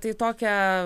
tai tokią